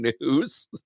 news